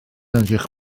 edrych